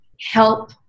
help